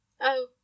Oh